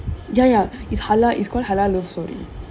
ya ya is halal is called halal love story